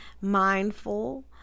mindful